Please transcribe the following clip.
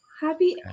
Happy